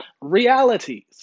realities